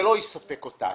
זה לא יספק אותנו.